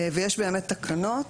ויש באמת תקנות